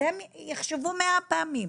אז הם יחשבו מאה פעמים.